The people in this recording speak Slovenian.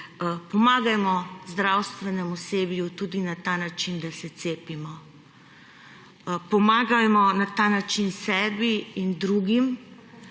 pomagajmo zdravstvenemu osebju tudi na ta način, da se cepimo. Pomagajmo na ta način sebi in drugim,